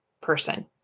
person